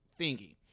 thingy